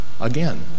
again